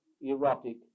erotic